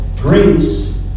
grace